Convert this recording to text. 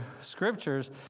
scriptures